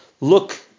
look